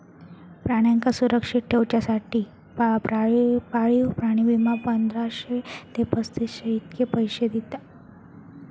प्राण्यांका सुरक्षित ठेवच्यासाठी पाळीव प्राणी विमा, पंधराशे ते पस्तीसशे इतके पैशे दिता